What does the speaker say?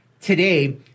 today